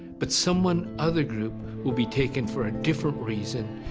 but someone other group will be taken for a different reason,